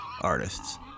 artists